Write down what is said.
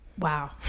Wow